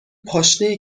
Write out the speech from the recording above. پاشنه